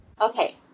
Okay